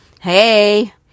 Hey